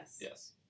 Yes